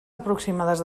aproximades